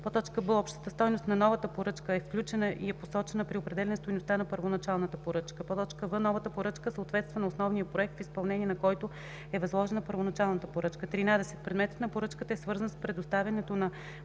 б) общата стойност на новата поръчка е включена и е посочена при определяне стойността на първоначалната поръчка; в) новата поръчка съответства на основния проект, в изпълнение на който е възложена първоначалната поръчка; 13. предметът на поръчката е свързан с предоставянето на